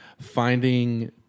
finding